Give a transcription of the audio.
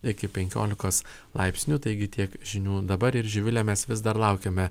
iki penkiolikos laipsnių taigi tiek žinių dabar ir živile mes vis dar laukiame